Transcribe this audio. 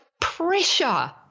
pressure